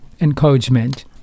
encouragement